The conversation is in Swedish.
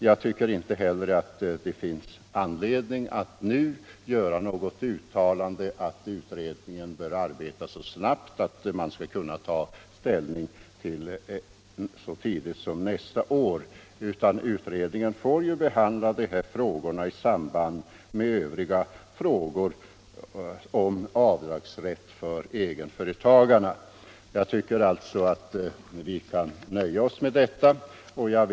Jag tycker inte heller att det finns anledning att nu göra något uttalande om att utredningen bör arbeta så snabbt att den kan ta ställning så tidigt som nästa år, utan utredningen får behandla de här problemen i samband med övriga frågor om avdragsrätt för egenföretagarna. Vi bör kunna nöja oss med detta. Herr talman!